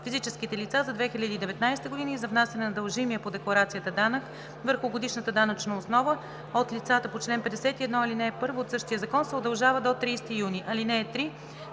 физическите лица за 2019 г. и за внасяне на дължимия по декларацията данък върху годишната данъчна основа от лицата по чл. 51, ал. 1 от същия закон се удължава до 30 юни.